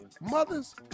mothers